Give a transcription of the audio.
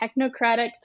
technocratic